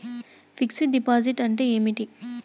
Fix డ్ deposit అంటే ఏమిటి?